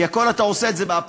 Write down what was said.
כי את הכול אתה עושה באפליקציה.